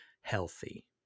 healthy